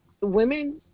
women